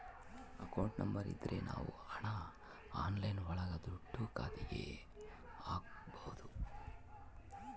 account number ಇದ್ರ ನಾವ್ ಹಣ ಆನ್ಲೈನ್ ಒಳಗ ದುಡ್ಡ ಖಾತೆಗೆ ಹಕ್ಬೋದು